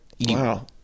wow